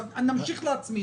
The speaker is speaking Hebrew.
נמשיך להצמיד.